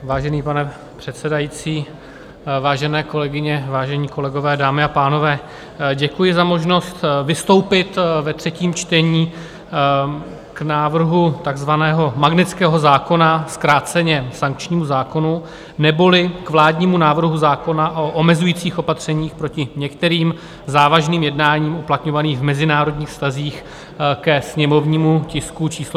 Vážený pane předsedající, vážené kolegyně, vážení kolegové, dámy a pánové, děkuji za možnost vystoupit ve třetím čtení k návrhu takzvaného Magnitského zákona, zkráceně k sankčnímu zákonu, neboli k vládnímu návrhu zákona o omezujících opatřeních proti některým závažným jednáním, uplatňovaných v mezinárodních vztazích, ke sněmovnímu tisku číslo 256.